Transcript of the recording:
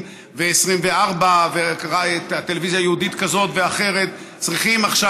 24 וטלוויזיה יהודית כזאת או אחרת צריכים עכשיו